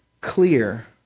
clear